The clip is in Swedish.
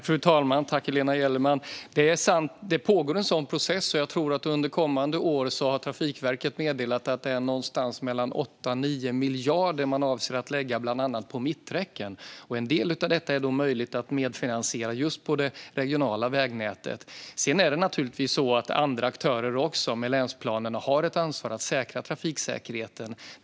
Fru talman! Det pågår en sådan process, och Trafikverket har meddelat att man under kommande år avser att lägga 8-9 miljarder på bland annat mitträcken. En del av detta är möjligt att medfinansiera just på det regionala vägnätet. Sedan är det naturligtvis så att andra aktörer också i och med länsplanerna har ett ansvar att säkra trafiksäkerheten.